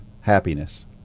happiness